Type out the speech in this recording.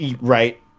right